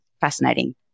Fascinating